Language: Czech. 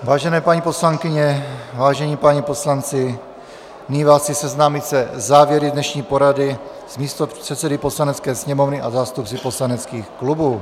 Vážené paní poslankyně, vážení páni poslanci, nyní vás chci seznámit se závěry z dnešní porady s místopředsedy Poslanecké sněmovny a zástupci poslaneckých klubů.